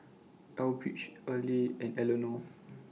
Elbridge Earley and Elenor